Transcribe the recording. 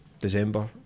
December